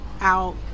out